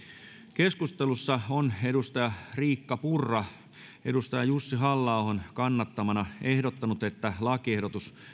keskustelussa on riikka purra jussi halla ahon kannattamana ehdottanut että lakiehdotus